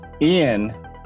ian